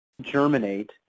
germinate